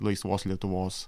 laisvos lietuvos